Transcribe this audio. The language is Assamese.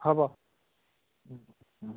হ'ব